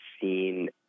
seen